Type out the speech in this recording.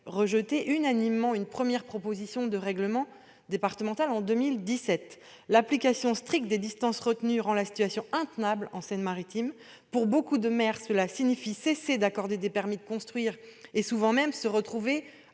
rejeté, en 2017, une première proposition de règlement départemental. L'application stricte des distances retenues rend la situation intenable en Seine-Maritime. Pour beaucoup de maires, cela implique de cesser d'accorder des permis de construire et même, souvent, de se retrouver